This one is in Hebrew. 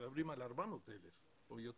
מדברים על 400,000 או יותר,